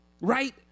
Right